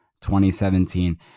2017